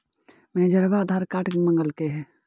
मैनेजरवा आधार कार्ड मगलके हे?